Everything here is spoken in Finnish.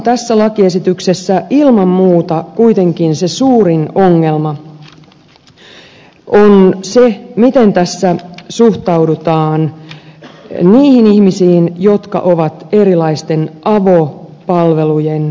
tässä lakiesityksessä ilman muuta kuitenkin se suurin ongelma on se miten tässä suhtaudutaan niihin ihmisiin jotka ovat erilaisten avopalvelujen varassa